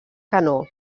canó